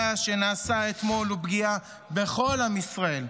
שנעשה אתמול הוא פגיעה בכל עם ישראל,